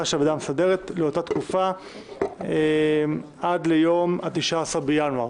של הוועדה המסדרת לאותה תקופה עד 19 בינואר.